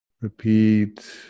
repeat